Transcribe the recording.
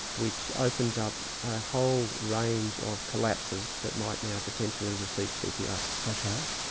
which opens up a whole range of collapses that might now potentially receive cpr. such as?